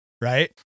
Right